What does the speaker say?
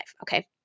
okay